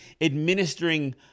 administering